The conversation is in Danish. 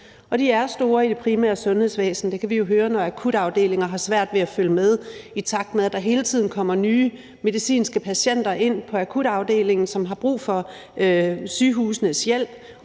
Og de er store i det primære sundhedsvæsen; det kan vi jo høre, når akutafdelinger har svært ved at følge med, i takt med at der hele tiden kommer nye medicinske patienter ind på akutafdelingerne, som har brug for sygehusenes hjælp,